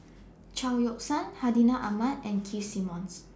Chao Yoke San Hartinah Ahmad and Keith Simmons